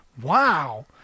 Wow